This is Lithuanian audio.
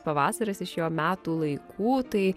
pavasaris iš jo metų laikų tai